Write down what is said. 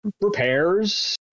repairs